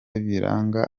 biranga